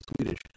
Swedish